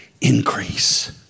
Increase